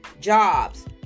jobs